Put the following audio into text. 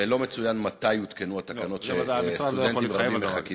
ולא מצוין מתי יותקנו התקנות שסטודנטים רבים מחכים להן?